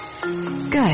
Good